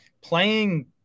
playing